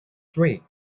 three